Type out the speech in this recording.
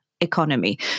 economy